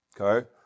okay